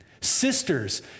Sisters